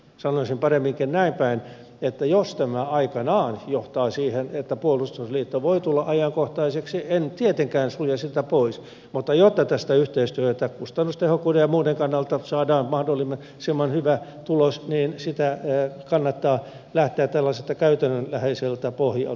sanoisin paremminkin näin päin että jos tämä aikanaan johtaa siihen että puolustusliitto voi tulla ajankohtaiseksi en tietenkään sulje sitä pois mutta jotta tästä yhteistyöstä kustannustehokkuuden ja muiden kannalta saadaan mahdollisimman hyvä tulos niin siihen kannattaa lähteä tällaiselta käytännönläheiseltä pohjalta